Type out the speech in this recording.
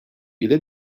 ile